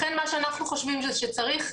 לכן מה שאנחנו חושבים שצריך,